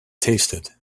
tasted